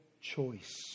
choice